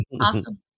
Awesome